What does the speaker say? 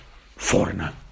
foreigner